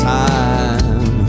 time